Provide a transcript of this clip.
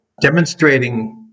demonstrating